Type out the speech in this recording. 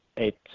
eight